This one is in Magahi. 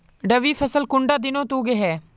रवि फसल कुंडा दिनोत उगैहे?